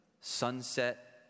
sunset